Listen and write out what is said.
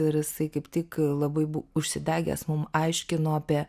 ir jisai kaip tik labai bu užsidegęs mum aiškino apie